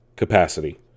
Capacity